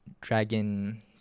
dragon